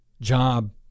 job